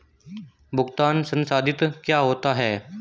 भुगतान संसाधित क्या होता है?